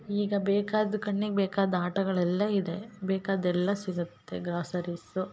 ಈಗ ಬೇಕಾದ ಕಣ್ಣಿಗೆ ಬೇಕಾದ ಆಟಗಳೆಲ್ಲ ಇದೆ ಬೇಕಾದ್ದೆಲ್ಲ ಸಿಗುತ್ತೆ ಗ್ರಾಸರೀಸು